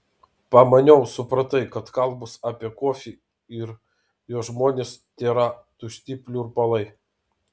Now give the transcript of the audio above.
pamaniau supratai kad kalbos apie kofį ir jo žmones tėra tušti pliurpalai